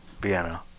Vienna